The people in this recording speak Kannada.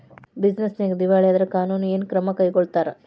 ಬಿಜಿನೆಸ್ ನ್ಯಾಗ ದಿವಾಳಿ ಆದ್ರ ಕಾನೂನು ಏನ ಕ್ರಮಾ ಕೈಗೊಳ್ತಾರ?